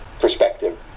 perspective